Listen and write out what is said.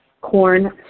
corn